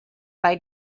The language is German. bei